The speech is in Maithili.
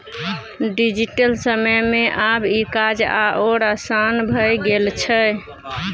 डिजिटल समय मे आब ई काज आओर आसान भए गेल छै